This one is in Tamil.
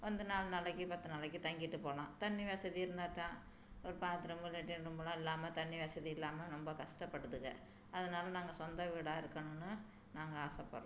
வந்து நாலு நாளைக்கு பத்து நாளைக்கு தங்கிட்டு போகலாம் தண்ணி வசதி இருந்தால் தான் ஒரு பாத்ரூமு லெட்டின் ரூமெல்லாம் இல்லாமல் தண்ணி வசதி இல்லாமல்ரொம்ப கஷ்டப்படுதுங்க அதனால் நாங்கள் சொந்த வீடா இருக்கணும்னு நாங்கள் ஆசைப்பட்றோம்